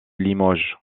limoges